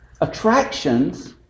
attractions